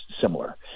similar